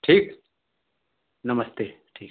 ठीक नमस्ते ठीक है